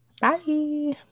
bye